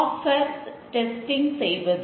programmer மாறாது